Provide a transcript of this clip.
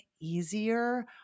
easier